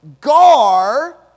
gar